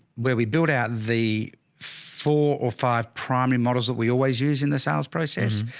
where we built out the four or five primary models that we always use in the sales process.